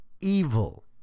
evil